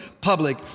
public